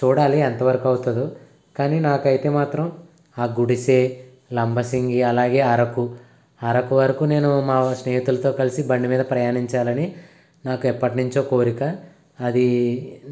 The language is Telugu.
చూడాలి ఎంతవరకు అవుతుందో కానీ నాకు అయితే మాత్రం ఆ గుడిసె లంబసింగి అలాగే అరకు అరకు వరకు నేను మా స్నేహితులతో కలిసి బండి మీద ప్రయాణించాలని నాకు ఎప్పటినుంచో కోరిక అది